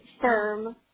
firm